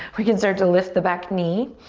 we can start to lift the back knee.